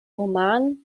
roman